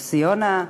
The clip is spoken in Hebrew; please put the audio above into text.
יוסי יונה,